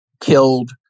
killed